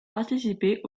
participer